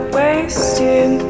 wasting